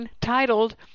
titled